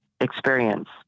experience